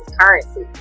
currency